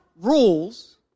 rules